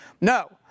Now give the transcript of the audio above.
No